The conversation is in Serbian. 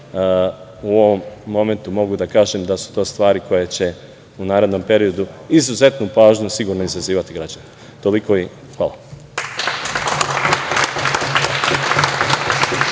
u ovom momentu mogu da kažem da su to stvari koje će u narednom periodu izuzetnu pažnju sigurno izazivati kod građana. Toliko i hvala.